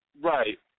right